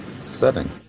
setting